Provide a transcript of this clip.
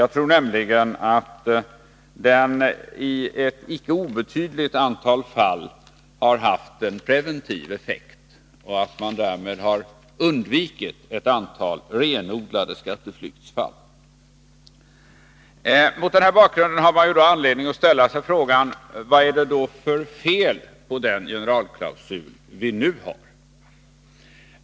Jag tror nämligen att den i ett icke obetydligt antal fall har haft en preventiv effekt och att man därmed har undvikit ett antal renodlade skatteflyktsfall. Mot denna bakgrund har man anledning att fråga sig: Vad är det för fel på den generalklausul som vi nu har?